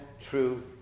true